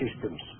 systems